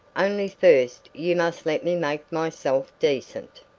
only first you must let me make myself decent.